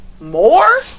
more